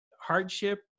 hardship